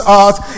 earth